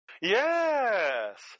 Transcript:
Yes